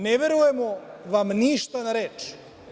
Ne verujemo vam ništa na reč.